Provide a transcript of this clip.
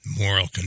moral